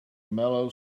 mellow